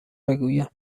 بگویم